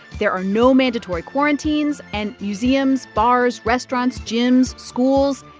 there are no mandatory quarantines. and museums, bars, restaurants, gyms, schools,